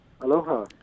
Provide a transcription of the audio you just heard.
aloha